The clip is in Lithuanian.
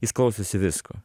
jis klausosi visko